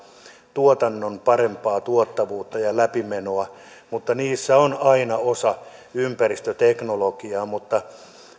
tuotannon parempaa tuottavuutta ja läpimenoa mutta niissä on aina osa ympäristöteknologiaa mutta